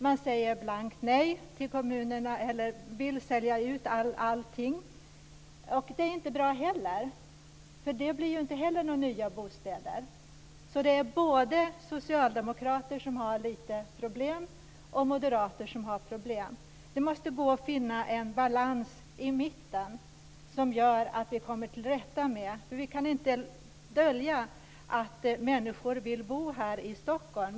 Man säger blankt nej till kommunerna och vill sälja ut allting. Det är inte heller bra, för det blir det ju inte heller några nya bostäder av. Så det är både socialdemokrater och moderater som har problem. Det måste gå att finna en balans i mitten som gör att vi kommer till rätta med det här. Vi kan ju inte dölja att människor vill bo här i Stockholm.